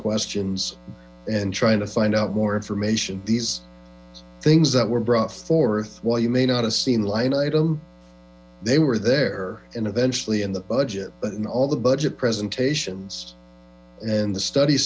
questions and trying to find out more information these things that were brought forth while you may not have seen line item they were there and eventually in the budget but in all the budget presentations and the study